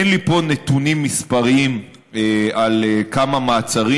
אין לי פה נתונים מספריים על כמה מעצרים